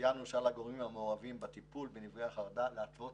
ציינו שעל הגורמים המעורבים בטיפול בנפגעי החרדה להתוות